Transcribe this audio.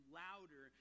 louder